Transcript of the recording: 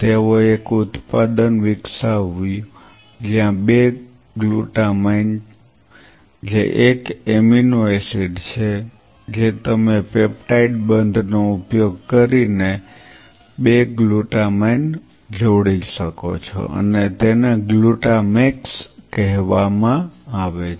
તેઓએ એક ઉત્પાદન વિકસાવ્યું જ્યાં 2 ગ્લુટામાઇન જે એક એમિનો એસિડ છે જે તમે પેપ્ટાઇડ બંધ નો ઉપયોગ કરીને 2 ગ્લુટામાઇન જોડી શકો છો અને તેને ગ્લુટામેક્સ કહેવામાં આવે છે